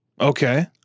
Okay